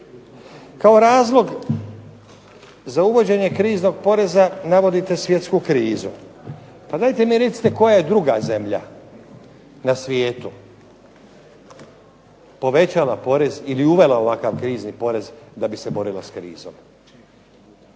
Kao razlog za uvođenje kriznog poreza navodite svjetsku krizu. Pa dajte mi recite koja je druga zemlja na svijetu povećava porez ili uvela ovakav krizni porez da bi se borila s krizom?